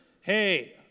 Hey